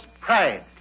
pride